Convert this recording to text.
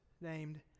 named